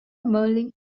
merlin